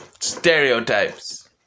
stereotypes